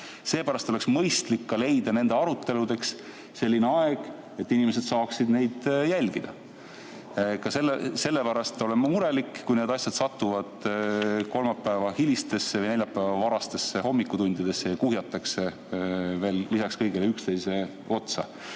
Seepärast oleks mõistlik leida nende aruteludeks selline aeg, et inimesed saaksid neid jälgida. Ka sellepärast olen ma murelik, kui need asjad satuvad kolmapäeva hilistesse või neljapäeva varastesse tundidesse ja kuhjatakse veel lisaks kõigele üksteise otsa.